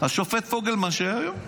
השופט פוגלמן, שהיה היו"ר.